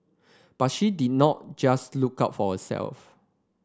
but she did not just look out for herself